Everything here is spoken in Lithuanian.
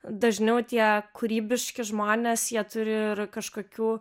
dažniau tie kūrybiški žmonės jie turi ir kažkokių